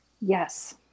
Yes